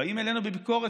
באים אלינו בביקורת,